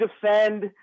defend